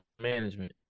management